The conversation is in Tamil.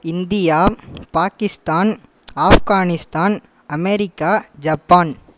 India Pakistan Afghanistan America Japan